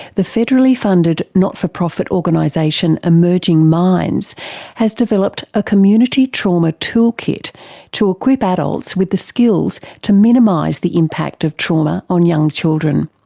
the federally funded not-for-profit organisation emerging minds has developed a community trauma toolkit to equip adults with the skills to minimise the impact of trauma on young children.